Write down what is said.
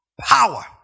power